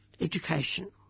education